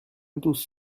دوست